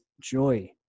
joy